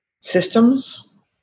systems